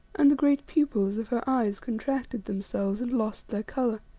and the great pupils of her eyes contracted themselves and lost their colour.